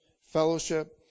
fellowship